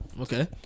Okay